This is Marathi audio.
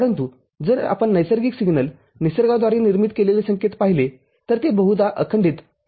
परंतु जर आपण नैसर्गिक संकेत निसर्गाद्वारे निर्मीत केलेले संकेत पाहिले तर ते बहुधा अखंडित स्वरूपात असतात